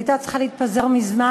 היא הייתה צריכה להתפזר מזמן,